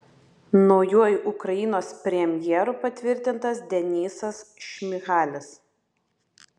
naujuoju ukrainos premjeru patvirtintas denysas šmyhalis